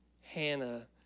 Hannah